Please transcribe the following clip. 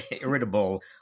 irritable